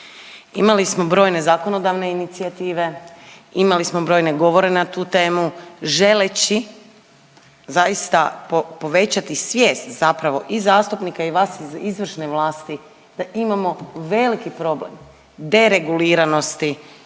Imali smo brojne zakonodavne inicijative, imali smo brojne govore na tu temu želeći zaista povećati svijest zapravo i zastupnika i vas iz izvršne vlasti da imamo veliki problem dereguliranosti